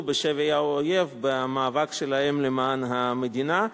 בשבי האויב במאבק שלהם למען המדינה.